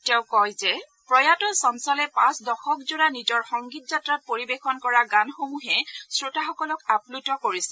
তেওঁ কয় যে প্ৰয়াত চঞ্চলে পাঁচ দশকজোৰা নিজৰ সংগীত যাত্ৰাত পৰিৱেশন কৰা গানসমূহে শ্ৰোতাসকলক আগ্ৰত কৰিছিল